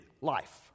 life